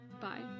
Bye